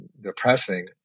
depressing